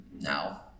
now